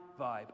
vibe